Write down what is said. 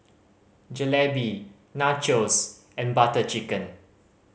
Jalebi Nachos and Butter Chicken